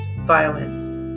violence